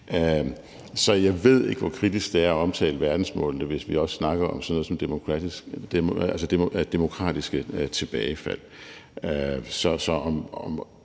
Så jeg ved ikke, hvor kritisk det er at omtale verdensmålene, hvis vi snakker om sådan noget som demokratiske tilbagefald, og om